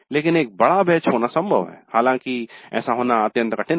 लेकिन एक बड़ा बैच होना संभव है हालांकि ऐसा होना अत्यंत कठिन है